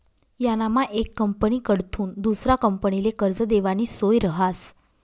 यानामा येक कंपनीकडथून दुसरा कंपनीले कर्ज देवानी सोय रहास